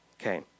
Okay